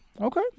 okay